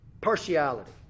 Partiality